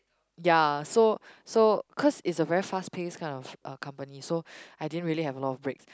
ya so so cause it's a very fast paced kind of a company so I didn't really have a lot of break